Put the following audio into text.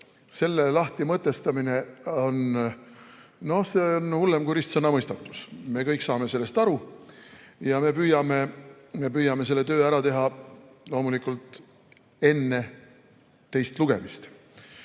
selle lahtimõtestamine on hullem kui ristsõnamõistatus. Me kõik saame sellest aru ja me püüame selle töö loomulikult enne teist lugemist